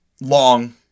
long